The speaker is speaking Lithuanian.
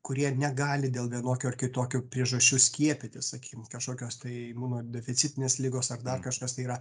kurie negali dėl vienokių ar kitokių priežasčių skiepytis sakykim kažkokios tai imunodeficitinės ligos ar dar kažkas tai yra